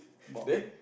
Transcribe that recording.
about